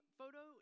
photo